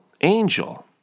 angel